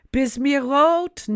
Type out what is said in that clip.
Bismirot